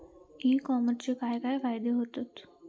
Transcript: E कॉमर्सचे काय काय फायदे होतत?